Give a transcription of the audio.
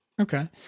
Okay